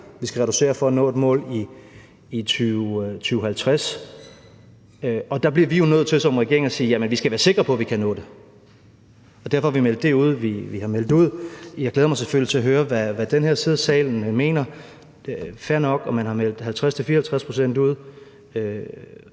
vi skal reducere med, for at nå et mål i 2050. Og der bliver vi jo nødt til som regering at sige: Jamen vi skal være sikre på, at vi kan nå det, og derfor har vi meldt det ud, vi har meldt ud. Kl. 18:13 Jeg glæder mig selvfølgelig til at høre, hvad den anden side af salen mener. Det er fair nok, at man har meldt 50-54 pct. ud